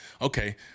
Okay